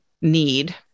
need